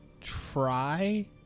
try